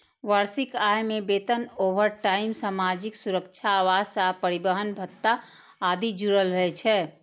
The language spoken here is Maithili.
वार्षिक आय मे वेतन, ओवरटाइम, सामाजिक सुरक्षा, आवास आ परिवहन भत्ता आदि जुड़ल रहै छै